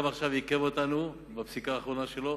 וגם עכשיו בג"ץ עיכב אותנו בפסיקה האחרונה שלו,